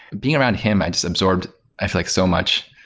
being around him, i just absorbed i feel like so much.